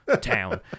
town